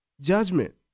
Judgment